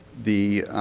the